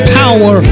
power